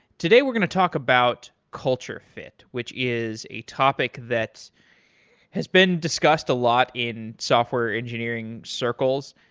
today we're going to talk about culture fit, which is a topic that has been discussed a lot in software engineering circles.